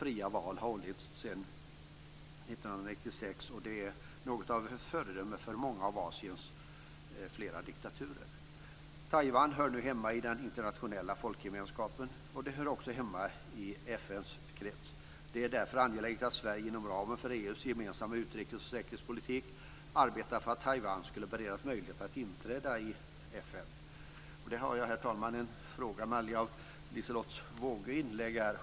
Fria val har hållits sedan 1996, och det är något av ett föredöme för många av Asiens flera diktaturer. Taiwan hör nu hemma i den internationella folkgemenskapen, och det hör också hemma i FN:s krets. Det är därför angeläget att Sverige inom ramen för EU:s gemensamma utrikes och säkerhetspolitik arbetar för att Taiwan ska beredas möjlighet att inträda i FN. Jag har, herr talman, en fråga med anledning av Liselotte Wågös inlägg.